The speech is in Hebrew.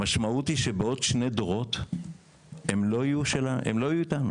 המשמעות היא שבעוד שני דורות הם לא יהיו איתנו,